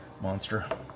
Monster